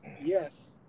Yes